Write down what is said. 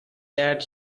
that